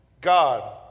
god